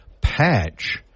patch